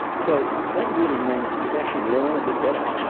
so that really means you can actually learn a bit better.